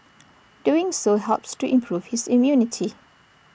doing so helps to improve his immunity